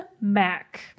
mac